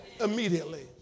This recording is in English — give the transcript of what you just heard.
immediately